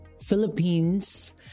Philippines